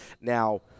Now